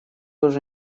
уже